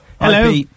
Hello